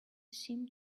seem